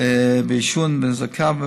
בעישון ובנזקיו,